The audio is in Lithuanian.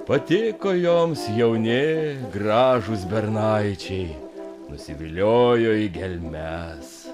patiko joms jauni gražūs bernaičiai nusiviliojo į gelmes